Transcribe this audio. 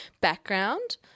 background